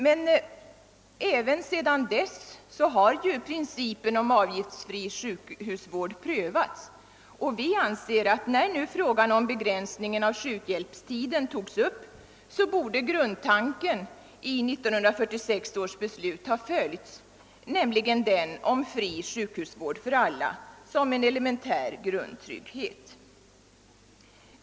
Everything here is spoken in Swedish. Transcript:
Men även sedan dess har ju principen om avgiftsfri sjukhusvård prövats, och vi anser att man nu när frågan om begränsning av sjukhjälpstiden tagits upp borde ha följt grundtanken i 1946 års beslut, nämligen om fri sjukhusvård för alla såsom en elementär grundtrygghet.